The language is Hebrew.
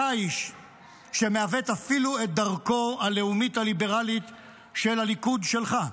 אתה האיש שמעוות אפילו את דרכו הלאומית הליברלית של הליכוד שלך.